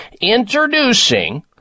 Introducing